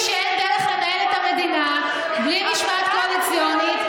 את תראי שאין דרך לנהל את המדינה בלי משמעת קואליציונית,